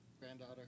Granddaughter